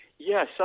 Yes